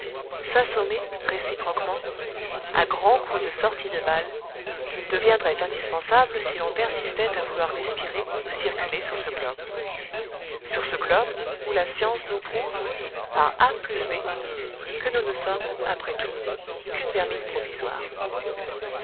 s'assommer réciproquement à grands coups de sorties de bal deviendrait indispensable si l'on persistait à vouloir respirer ou circuler sur ce globe sur ce globe où la science nous prouve par a plus b que nous ne sommes après tout qu'une vermine provisoire